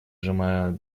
сжимая